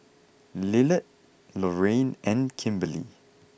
Lillard Lorayne and Kimberly